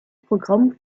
programm